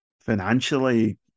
Financially